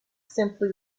simply